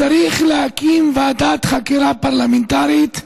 צריך להקים ועדת חקירה פרלמנטרית.